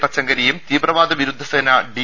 തച്ചങ്കരിയും തീവ്രവാദ വിരുദ്ധസേന ഡി